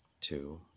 two